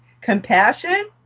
Compassion